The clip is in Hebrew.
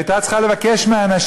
והיא הייתה צריכה לבקש מאנשים,